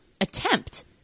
attempt